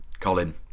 Colin